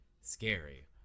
scary